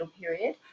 period